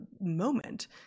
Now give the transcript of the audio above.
moment